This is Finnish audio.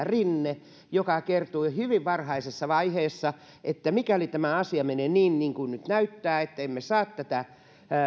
rinne joka kertoi hyvin varhaisessa vaiheessa että mikäli tämä asia menee niin niin kuin nyt näyttää ettemme saa tätä